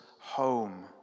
home